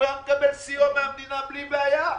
הוא היה מקבל סיוע מהמדינה בלי בעיה.